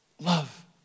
love